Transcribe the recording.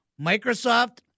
Microsoft